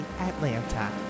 Atlanta